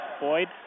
Boyd